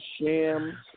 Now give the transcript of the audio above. Sham